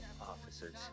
officers